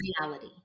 reality